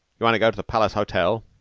you want to go to the palace hotel?